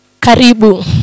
Karibu